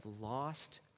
lost